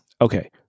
okay